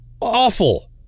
Awful